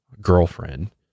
girlfriend